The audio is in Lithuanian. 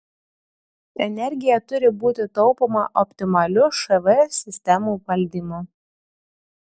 energija turi būti taupoma optimaliu šv sistemų valdymu